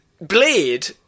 Blade